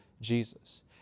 Jesus